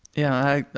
yeah, ah,